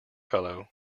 fellow